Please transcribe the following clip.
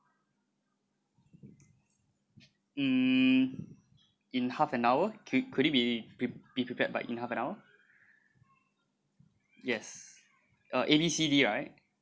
mm in half an hour could could it be pre~ be prepared by in half an hour yes uh A B C D right